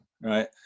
right